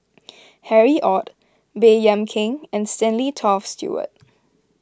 Harry Ord Baey Yam Keng and Stanley Toft Stewart